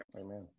Amen